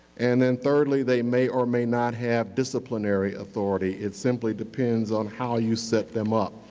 and then thirdly, they may or may not have disciplinary authority. it simply depends on how you set them up.